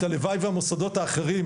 הלוואי והמוסדות האחרים,